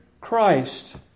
Christ